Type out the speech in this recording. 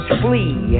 flee